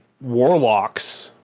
warlocks